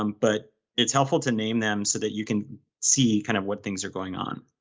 um but it's helpful to name them so that you can see kind of what things are going on.